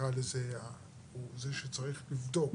או הוא זה שצריך לבדוק